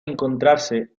encontrarse